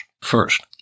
First